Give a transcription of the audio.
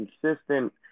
consistent